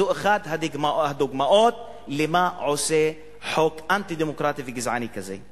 זו אחת הדוגמאות למה שעושה חוק אנטי-דמוקרטי וגזעני כזה.